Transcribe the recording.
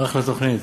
אחלה תוכנית.